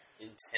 Intense